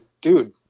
dude